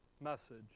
message